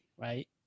right